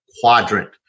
quadrant